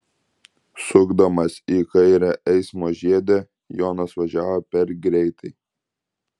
sukdamas į kairę eismo žiede jonas važiavo per greitai